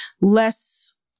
less